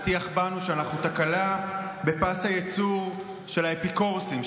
הטיח בנו שאנחנו תקלה בפס הייצור של האפיקורסים,